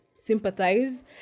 sympathize